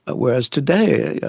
ah whereas today, yeah